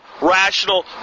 rational